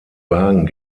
wagen